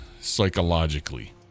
psychologically